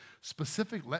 specific